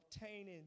obtaining